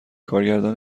کارگردان